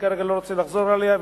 שכרגע אני לא רוצה לחזור עליה,